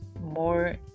More